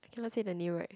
cannot say the name right